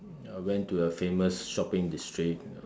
went to a famous shopping district